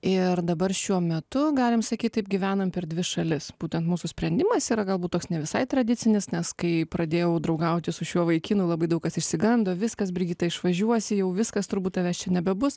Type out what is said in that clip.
ir dabar šiuo metu galim sakyt taip gyvenam per dvi šalis būtent mūsų sprendimas yra galbūt toks ne visai tradicinis nes kai pradėjau draugauti su šiuo vaikinu labai daug kas išsigando viskas brigita išvažiuosi jau viskas turbūt tavęs čia nebebus